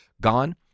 gone